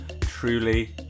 truly